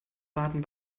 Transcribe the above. baden